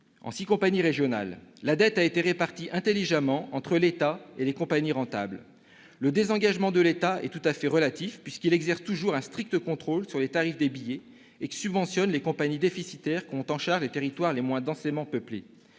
en six compagnies régionales. La dette a été répartie intelligemment entre l'État et les compagnies rentables. Le désengagement de l'État est tout à fait relatif, puisqu'il exerce toujours un strict contrôle sur les tarifs des billets et subventionne les compagnies déficitaires qui ont en charge les territoires les moins densément peuplés.